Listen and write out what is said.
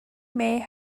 may